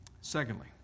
Secondly